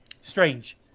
strange